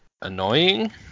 annoying